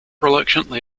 reluctantly